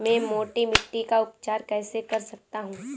मैं मोटी मिट्टी का उपचार कैसे कर सकता हूँ?